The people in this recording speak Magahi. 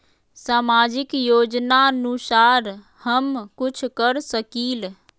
सामाजिक योजनानुसार हम कुछ कर सकील?